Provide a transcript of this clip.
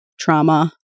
trauma